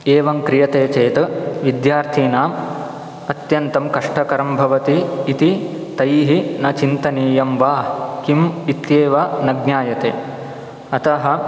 एवं क्रियते वेत् विद्यार्थिनाम् अत्यन्तं कष्टकरं भवति इति तैः न चिन्तनीयं वा किम् इत्येव न ज्ञायते अतः